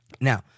Now